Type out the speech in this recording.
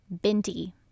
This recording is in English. Binti